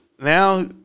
now